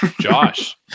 Josh